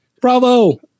Bravo